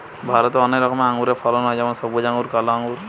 ভারতে অনেক রকমের আঙুরের ফলন হয় যেমন সবুজ আঙ্গুর, কালো আঙ্গুর